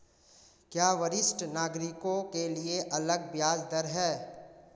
क्या वरिष्ठ नागरिकों के लिए अलग ब्याज दर है?